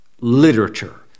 literature